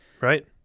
Right